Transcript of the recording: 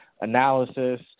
analysis